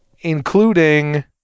including